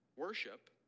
Worship